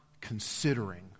considering